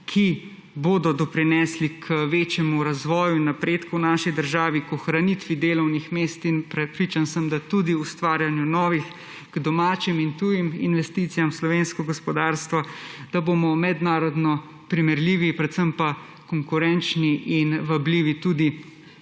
ki bodo doprinesli k večjemu razvoju in napredku v naši državi, k ohranitvi delovnih mest, in prepričan sem, da tudi k ustvarjanju novih, k domačim in tujim investicijam v slovensko gospodarstvo, da bomo mednarodno primerljivi, predvsem pa konkurenčni in vabljivi tudi